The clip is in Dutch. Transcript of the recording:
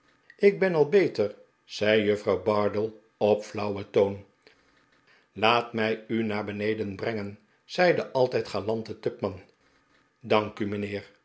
ik ben al beter zei juffrouw bardell op flauwen toon laat mij u naar beneden brengen zei de altijd galante tupman dank